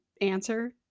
answer